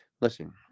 Listen